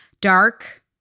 Dark